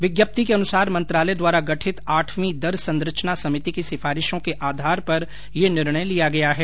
विज्ञप्ति के अनुसार मंत्रालय द्वारा गठित आठवीं दर संरचना समिति की सिफारिशों के आधार पर यह निर्णय लिया गया है